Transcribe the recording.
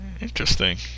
Interesting